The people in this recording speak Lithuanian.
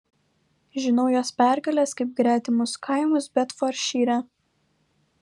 žinau jos pergales kaip gretimus kaimus bedfordšyre